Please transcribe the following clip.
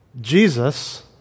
Jesus